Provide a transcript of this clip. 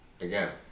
again